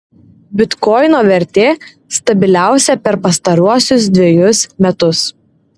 bitkoino vertė stabiliausia per pastaruosius dvejus metus